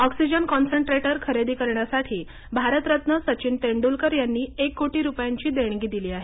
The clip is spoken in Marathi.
ऑक्सिजन कॉन्सन्ट्रेटर खरेदी करण्यासाठी भारतरत्न सचिन तेंडूलकर यांनी एक कोटी रुपयांची देणगी दिली आहे